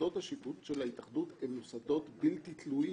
מוסדות השיפוט של ההתאחדות הם מוסדות בלתי תלויים.